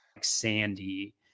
Sandy